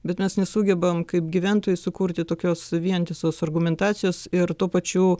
bet mes nesugebam kaip gyventojai sukurti tokios vientisos argumentacijos ir tuo pačiu